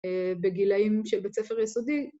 ‫בגילאים של בית ספר יסודי.